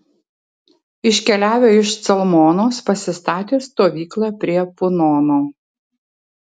iškeliavę iš calmonos pasistatė stovyklą prie punono